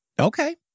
Okay